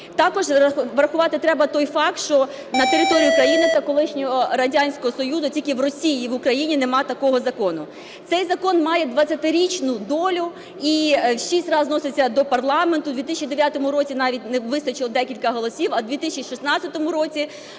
Також врахувати треба той факт, що на території України та колишнього Радянського Союзу тільки в Росії і в Україні немає такого закону. Цей закон має двадцятирічну долю і шість разів вносився до парламенту, в 2009 році навіть не вистачило декілька голосів, а в 2019 році